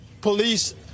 police